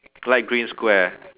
light green square